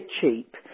cheap